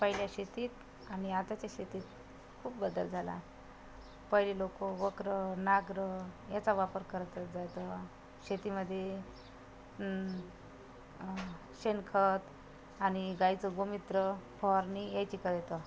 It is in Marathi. पहिल्या शेतीत आणि आताच्या शेतीत खूप बदल झाला पहिले लोक वखरं नांगरं याचा वापर करत असायचं बा शेतीमध्ये शेणखत आणि गाईचं गोमूत्र फवारणी याची करीत